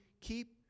keep